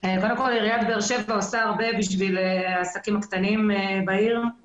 עיריית באר שבע עושה הרבה למען העסקים הקטנים בעיר.